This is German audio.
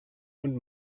und